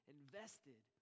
invested